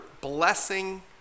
blessing